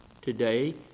today